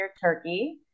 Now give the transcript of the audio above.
Turkey